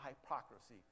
hypocrisy